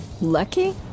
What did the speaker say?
Lucky